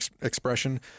expression